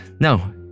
no